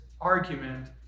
argument